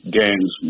gangs